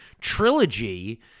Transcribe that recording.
trilogy